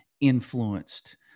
influenced